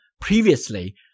previously